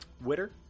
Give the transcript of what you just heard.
Witter